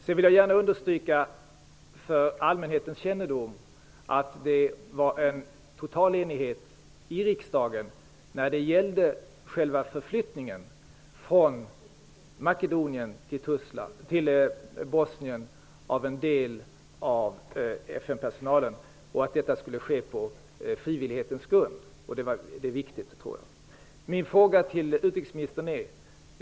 Jag vill gärna understryka, för allmänhetens kännedom, att det var en total enighet i riksdagen när det gällde själva förflyttningen från personalen och att detta skulle ske på frivillig grund. Det är viktigt. Jag har en fråga till utrikesministern.